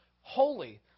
holy